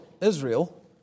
Israel